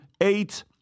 eight